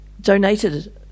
donated